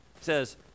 says